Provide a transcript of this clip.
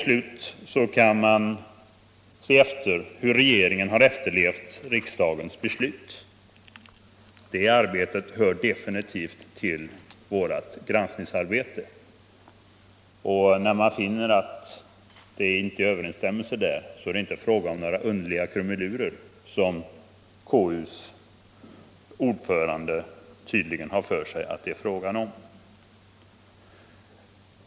Slutligen kan man se efter hur regeringen har efterlevt riksdagens beslut, och detta hör definitivt till vårt granskningsarbete. När man finner att det inte råder överensstämmelse mellan regeringens handlande och riksdagens beslut och påtalar detta är det inte fråga om några underliga krumelurer, som KU:s ordförande tydligen har för sig att det är.